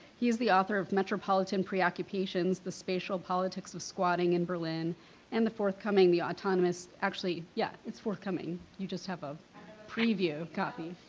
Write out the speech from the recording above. he is the author of metropolitan preoccupations the spatial politics of squatting in berlin and the forthcoming the autonomous. actually yeah, it's forthcoming you just have a preview copy.